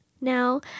now